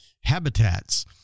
habitats